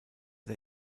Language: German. der